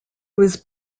was